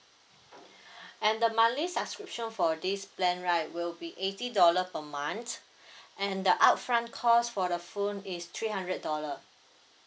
and the monthly subscription for this plan right will be eighty dollar for months and the upfront cost for the phone is three hundred dollar